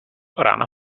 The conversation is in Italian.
rana